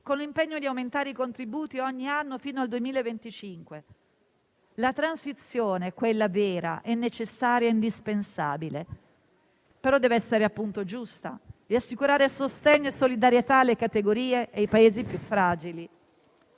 con l'impegno di aumentare i contributi ogni anno fino al 2025. La transizione, quella vera, è necessaria e indispensabile, ma dev'essere appunto giusta e assicurare sostegno e solidarietà alle categorie e ai Paesi più fragili.